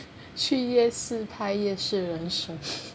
去夜市拍夜市人生